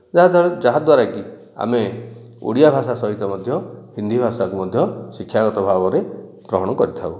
ଯାହାଦ୍ୱାରା ଯାହାଦ୍ୱାରାକି ଆମେ ଓଡ଼ିଆ ଭାଷା ସହିତ ମଧ୍ୟ ହିନ୍ଦୀ ଭାଷାକୁ ମଧ୍ୟ ଶିକ୍ଷାଗତ ଭାବରେ ଗ୍ରହଣ କରିଥାଉ